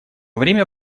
время